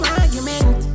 argument